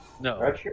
No